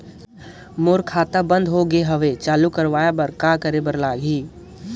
मोर खाता बंद हो गे हवय चालू कराय बर कौन करे बर लगही?